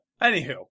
Anywho